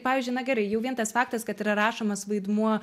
pavyzdžiui na gerai jau vien tas faktas kad yra rašomas vaidmuo